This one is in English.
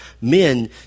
men